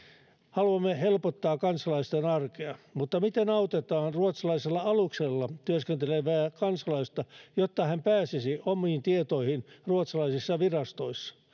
haluamme helpottaa kansalaisten arkea mutta miten autetaan ruotsalaisella aluksella työskentelevää kansalaista jotta hän pääsisi omiin tietoihin ruotsalaisissa virastoissa